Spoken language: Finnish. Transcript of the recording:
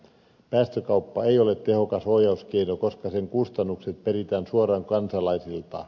päästökauppa ei ole tehokas ohjauskeino koska sen kustannukset peritään suoraan kansalaisilta